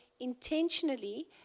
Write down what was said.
intentionally